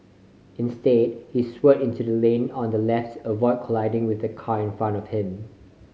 instead he swerved into the lane on the left avoid colliding with the car in front of him